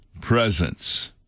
presence